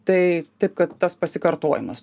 tai taip kad tas pasikartojimas